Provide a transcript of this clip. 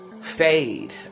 fade